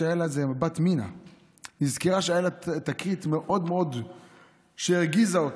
מינה נזכרה שהייתה לה תקרית שמאוד מאוד הרגיזה אותה.